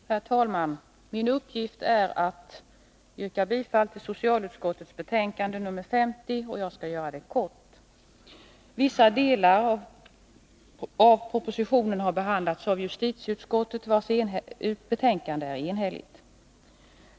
Herr talman! Min uppgift är att yrka bifall till socialutskottets hemställan i betänkande nr 50, och jag skall göra det kort. Vissa delar av propositionen har behandlats av justitieutskottet, vars betänkande är enhälligt.